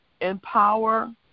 empower